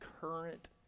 current